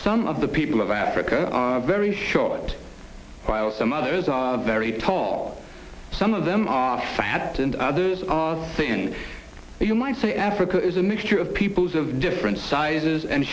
some of the people of africa very short while some others are very tall some of them are fat and others are thin and you might say africa is a mixture of peoples of different sizes and